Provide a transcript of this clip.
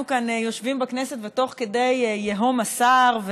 יושבים כאן בכנסת ותוך כדי יהום הסער,